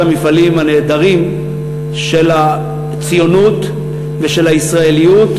המפעלים הנהדרים של הציונות ושל הישראליות,